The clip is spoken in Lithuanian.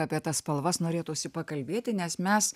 apie tas spalvas norėtųsi pakalbėti nes mes